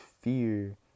fear